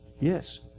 Yes